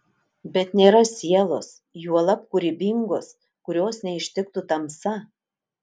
bet nėra sielos juolab kūrybingos kurios neištiktų tamsa